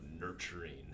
nurturing